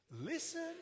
Listen